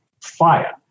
fire